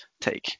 take